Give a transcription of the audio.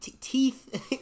teeth